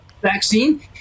vaccine